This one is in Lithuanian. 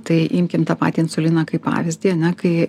tai imkim tą patį insuliną kaip pavyzdį ane kai